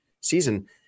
season